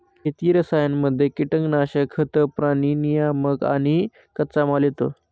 शेती रसायनांमध्ये कीटनाशक, खतं, प्राणी नियामक आणि कच्चामाल येतो